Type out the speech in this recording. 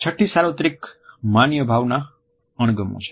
છઠ્ઠી સાર્વત્રિક માન્ય ભાવના અણગમો છે